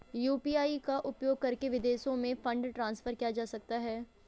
UPI का उपयोग करके विदेशों में फंड ट्रांसफर किया जा सकता है?